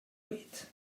wait